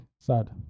sad